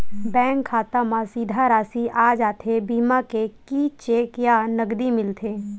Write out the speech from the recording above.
Bank खाता मा सीधा राशि आ जाथे बीमा के कि चेक या नकदी मिलथे?